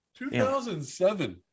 2007